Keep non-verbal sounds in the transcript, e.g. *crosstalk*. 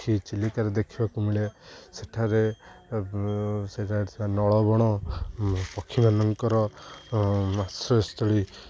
ପକ୍ଷୀ ଚିଲିକାର ଦେଖିବାକୁ ମିଳେ ସେଠାରେ *unintelligible* ନଳବଣ ପକ୍ଷୀମାନଙ୍କର ଆଶ୍ରୟସ୍ଥଳୀ